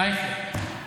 אייכלר?